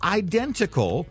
identical